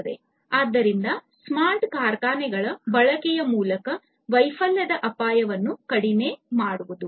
ಆದ್ದರಿಂದ ಸ್ಮಾರ್ಟ್ ಕಾರ್ಖಾನೆಗಳ ಬಳಕೆಯ ಮೂಲಕ ವೈಫಲ್ಯದ ಅಪಾಯವನ್ನು ಕಡಿಮೆ ಮಾಡಬಹುದು